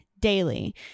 daily